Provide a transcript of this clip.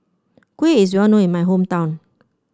kuih is well known in my hometown